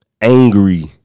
angry